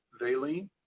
valine